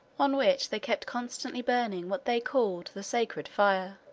on which they kept constantly burning what they called the sacred fire.